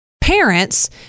parents